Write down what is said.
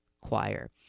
choir